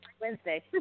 Wednesday